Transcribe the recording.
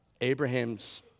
Abraham's